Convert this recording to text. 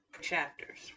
chapters